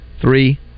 Three